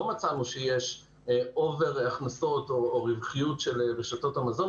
לא מצאנו שיש אובר-הכנסות או רווחיות של רשתות המזון.